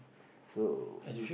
so